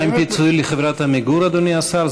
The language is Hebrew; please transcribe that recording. מה עם פיצוי לחברת "עמיגור", אדוני השר?